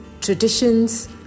traditions